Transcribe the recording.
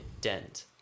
dent